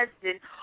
president